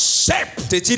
shape